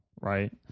right